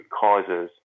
causes